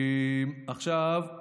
לגבי העתיד,